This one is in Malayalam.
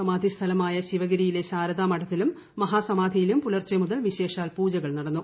സമാധിസ്ഥലമായ ശിവഗിരിയിലെ ശാരദാമഠത്തിലും മഹാസമാധിയിലും പുലർച്ചെ മുതൽ വിശേഷാൽ പൂജകൾ നടന്നു